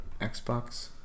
Xbox